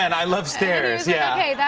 and i love stairs yeah.